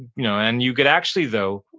you know, and you could actually though,